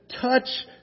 touch